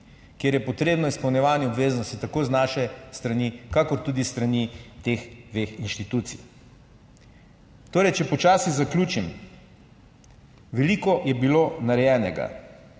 kjer je potrebno izpolnjevanje obveznosti tako z naše strani kakor tudi s strani teh dveh inštitucij. Torej, če počasi zaključim, veliko je bilo narejenega,